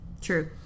True